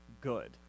Good